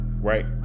Right